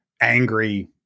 angry